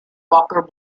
walker